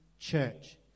church